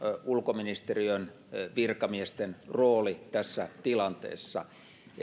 ulkoministeriön virkamiesten rooli tässä tilanteessa